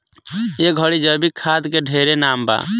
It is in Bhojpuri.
ए घड़ी जैविक खाद के ढेरे नाम बा